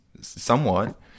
somewhat